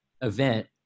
event